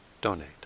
donate